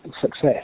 success